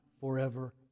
forever